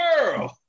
world